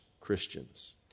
Christians